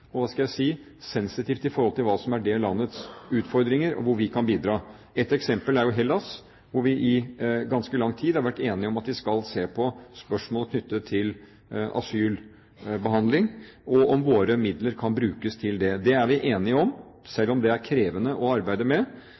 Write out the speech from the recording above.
og – hva skal jeg si – sensitivt inn i forhold til hva som er det landets utfordringer, og hvor vi kan bidra. Et eksempel er jo Hellas, hvor vi i ganske lang tid har vært enige om at vi skal se på spørsmål knyttet til asylbehandling, og om våre midler kan brukes til det. Det er vi enige om, selv om det er krevende å arbeide med.